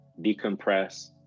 decompress